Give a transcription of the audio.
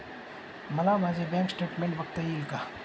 मला माझे bank statement बघता येईल का?